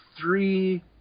three